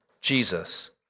Jesus